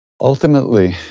ultimately